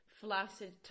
flaccid